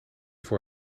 voor